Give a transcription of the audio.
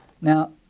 Now